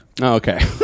okay